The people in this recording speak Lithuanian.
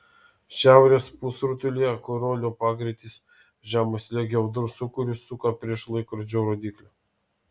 šiaurės pusrutulyje koriolio pagreitis žemo slėgio audrų sūkurius suka prieš laikrodžio rodyklę